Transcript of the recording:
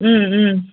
ம் ம்